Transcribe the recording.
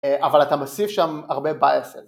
א...אבל אתה מוסיף שם, הרבה ביאסים.